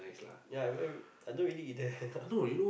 ya I haven't I don't really eat there ya